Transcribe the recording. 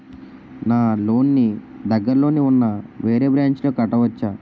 నా లోన్ నీ దగ్గర్లోని ఉన్న వేరే బ్రాంచ్ లో కట్టవచా?